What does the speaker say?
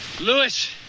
Lewis